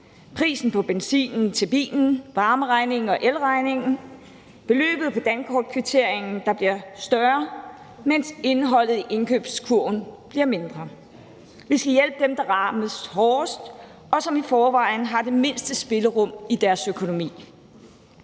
prisen på benzinen til bilen, varmeregningen og elregningen, beløbet på dankortkvitteringen, der bliver større, mens indholdet i indkøbskurven bliver mindre. Vi skal hjælpe dem, der rammes hårdest, og som i forvejen har det mindste spillerum i deres økonomi.